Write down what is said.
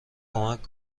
کمک